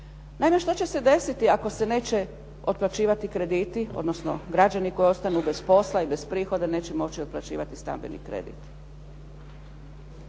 Naime, što će se desiti ako se neće otplaćivati krediti, odnosno građani koji ostanu bez posla i bez prihoda neće moći otplaćivati stambeni kredit?